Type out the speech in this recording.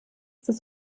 des